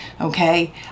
okay